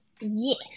Yes